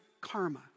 karma